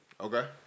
Okay